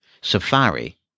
safari